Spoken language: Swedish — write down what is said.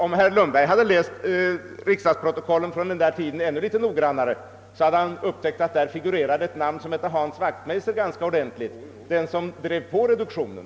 Om herr Lundberg hade läst riksdagsprotokollen från gångna tider litet noggrannare hade han upptäckt att där i hög grad figurerar en person vid namn Hans Wachtmeister — det var nämligen han som drev på reduktionen.